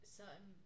certain